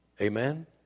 Amen